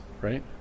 right